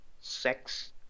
sex